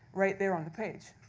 right there on the page.